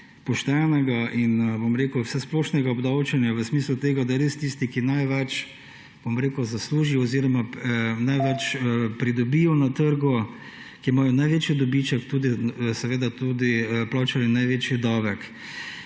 poštenega in vsesplošnega obdavčenja v smislu tega, da res tisti, ki največ zaslužijo oziroma največ pridobijo na trgu, ki imajo največji dobiček, tudi plačajo največji davek.